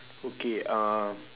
okay uh